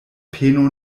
peno